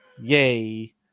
Yay